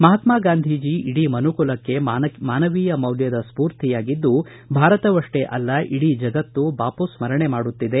ಮಹಾತ್ಮಾ ಗಾಂಧೀಜಿ ಇಡೀ ಮನುಕುಲಕ್ಕೆ ಮಾನವೀಯ ಮೌಲ್ಯದ ಸ್ಫೂರ್ತಿಯಾಗಿದ್ದು ಭಾರತವಷ್ಷೇ ಅಲ್ಲ ಇಡೀ ಜಗತ್ತು ಬಾಪು ಸ್ಮರಣೆ ಮಾಡುತ್ತಿದೆ